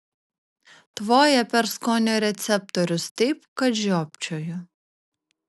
tvoja per skonio receptorius taip kad žiopčioju